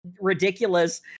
ridiculous